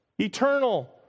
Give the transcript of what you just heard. eternal